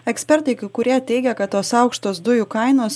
ekspertai kai kurie teigia kad tos aukštos dujų kainos